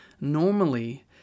normally